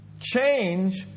Change